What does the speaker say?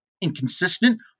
inconsistent